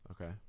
Okay